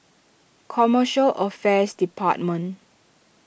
Commercial Affairs Department